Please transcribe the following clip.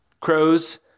crows